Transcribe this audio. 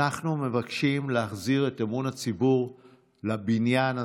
אנחנו מבקשים להחזיר את אמון הציבור לבניין הזה,